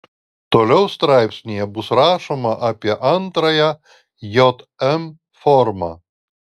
toliau straipsnyje bus rašoma apie antrąją jm formą